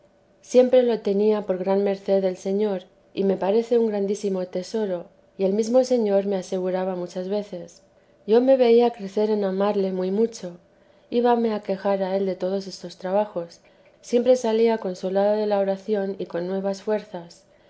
siempre lo tenía por gran merced del señor y me parece un grandísimo tesoro y el mesmo señor me aseguraba muchas veces yo me veía crecer en amarle muy mucho íbame a quejar a él de todos estos trabajos siempre salía consolada de la oración y con nuevas fuerzas